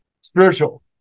spiritual